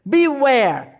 Beware